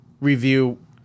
review